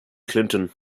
clinton